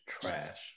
trash